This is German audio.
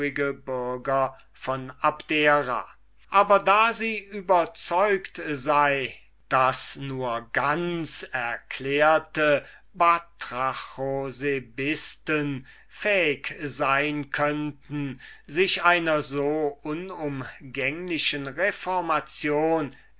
von abdera aber da sie überzeugt sei daß nur ganz erklärte batrachosebisten fähig sein könnten sich einer so unumgänglichen reformation